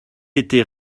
était